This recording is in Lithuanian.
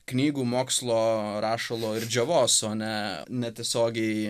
knygų mokslo rašalo ir džiovos o ne netiesiogiai